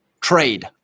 trade